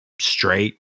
straight